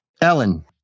Ellen